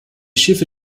schiffe